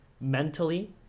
mentally